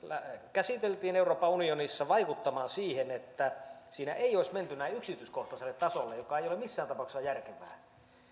käsiteltiin euroopan unionissa vaikuttamaan siihen että siinä ei olisi menty näin yksityiskohtaiselle tasolle mikä ei ole missään tapauksessa järkevää